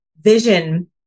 vision